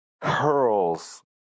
curls